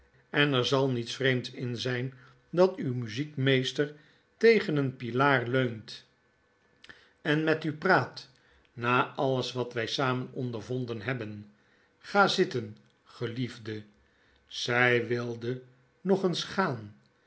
en er zal niets vreemds in zijn datuw muziekmeester tegen een pilaar leunt en met u praat na alles wat wy samen ondervonden hebben ga zitten geliefde zy wilde nog eens gaan